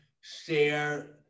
share